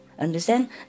understand